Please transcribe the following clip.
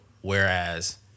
whereas